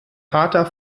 vater